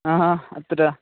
हा हा अत्र